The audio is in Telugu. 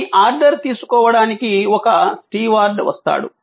మీ ఆర్డర్ తీసుకోవడానికి ఒక స్టీవార్డ్ వస్తాడు